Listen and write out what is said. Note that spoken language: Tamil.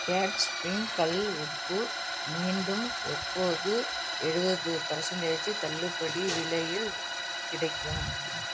கேட்ச் பிங்க் கல் உப்பு மீண்டும் எப்போது எழுவது பர்சென்டேஜ்ஜி தள்ளுபடி விலையில் கிடைக்கும்